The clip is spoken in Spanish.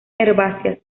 herbáceas